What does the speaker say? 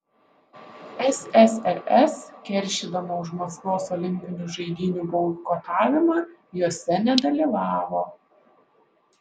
ssrs keršydama už maskvos olimpinių žaidynių boikotavimą jose nedalyvavo